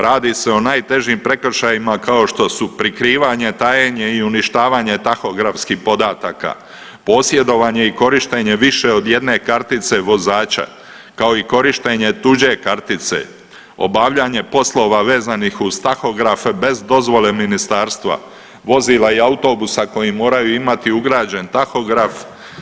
Radi se o najtežim prekršajima kao što su prikrivanje, tajenje i uništavanje tahografskih podataka, posjedovanje i korištenje više od jedne kartice vozača kao i korištenje tuđe kartice, obavljanje poslova vezanih uz tahografe bez dozvole ministarstva, vozila i autobusa koji moraju imati ugrađen tahograf.